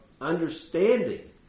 understanding